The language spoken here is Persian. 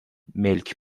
ملک